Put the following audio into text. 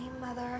Mother